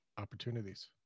opportunities